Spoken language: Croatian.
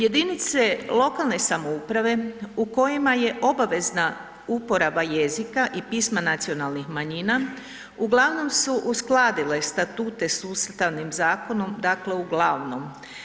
Jedinice lokalne samouprave u kojima je obavezna uporaba jezika i pisma nacionalnih manjina uglavnom su uskladile statute s Ustavnim zakonom, dakle uglavnom.